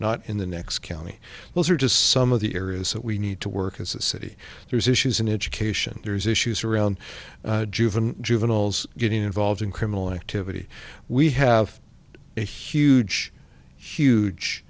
not in the next county those are just some of the areas that we need to work as a city there's issues in education there's issues around juvenile juveniles getting involved in criminal activity we have a huge